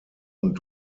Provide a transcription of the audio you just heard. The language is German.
und